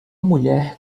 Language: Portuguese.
mulher